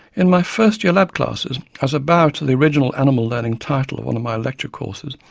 in my first year lab classes, as a bow to the original animal learning title of and my lecture courses,